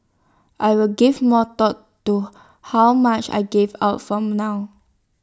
I will give more thought to how much I give out from now